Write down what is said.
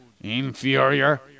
inferior